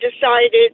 decided